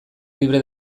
libre